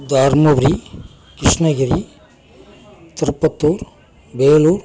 Dharmapuri Krishnagiri Tirupattur Vellore